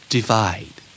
Divide